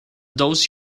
those